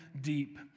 deep